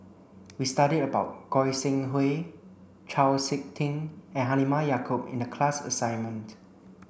we studied about Goi Seng Hui Chau Sik Ting and Halimah Yacob in the class assignment